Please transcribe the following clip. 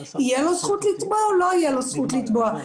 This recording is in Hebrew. האם תהיה לו זכות לתבוע או לא תהיה לו זכות לתבוע?